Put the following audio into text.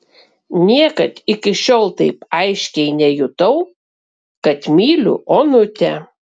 niekad iki šiol taip aiškiai nejutau kad myliu onutę